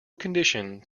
condition